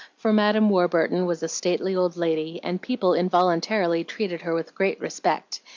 for madam warburton was a stately old lady, and people involuntarily treated her with great respect,